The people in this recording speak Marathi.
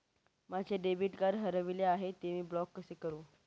माझे डेबिट कार्ड हरविले आहे, ते मी ब्लॉक कसे करु?